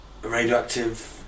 Radioactive